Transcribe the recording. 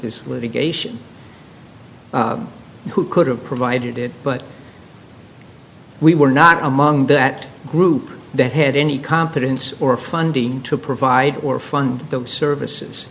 this litigation who could have provided it but we were not among that group that had any competence or funding to provide or fund those services